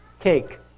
cake